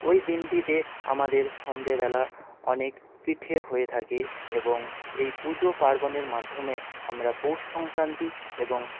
ওই দিনটিতে আমাদের সন্ধ্যেবেলা অনেক পিঠে হয়ে থাকে এবং এই পুজো পার্বণের মাধ্যমে আমরা পৌষ সংক্রান্তি এবং